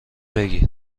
بگیر